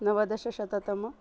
नवदशशततम